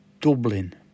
Dublin